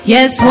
Yes